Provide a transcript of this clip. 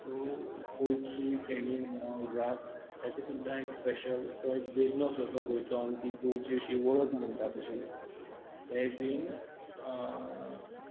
तूं गोंयची फेणी म्हण उर्राक तेक सुद्दां एक स्पेशियल तो एक बिजनस असो आनी ती गोंयची अशी वळख म्हणटा तशी तें बीन